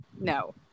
No